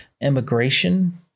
immigration